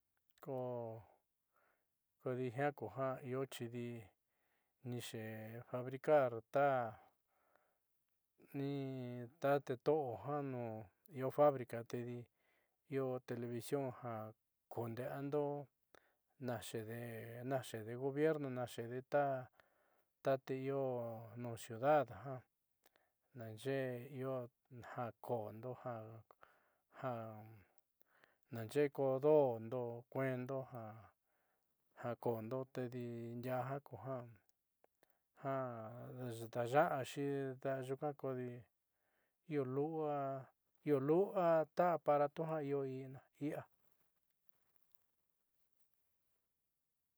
Ko kodi jiaa io xidi nixeefabricar ta ni ta te to'o janu io fábrica tedi io televisión ja kunde'eando naxeede naxe'ede gobierno naxe'ede ta ciudad ja naaxe'ede io ja ko'ondo ju ja naaxe'é koo do'ondo ja kuendo ja ja koondo tedi ndiaá ja kuja daaya'axi nyuuka kodi io lu'ua ta aparato jia io i'ia.